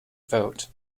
vote